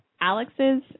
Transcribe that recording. Alex's